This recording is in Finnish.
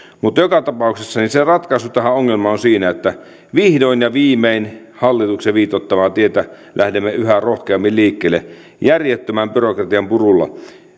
mutta joka tapauksessa se ratkaisu tähän ongelmaan on siinä että vihdoin ja viimein lähdemme hallituksen viitoittamalla tiellä yhä rohkeammin liikkeelle järjettömän byrokratian purulla